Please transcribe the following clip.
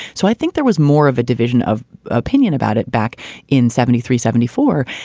so i think there was more of a division of opinion about it back in seventy three, seventy four.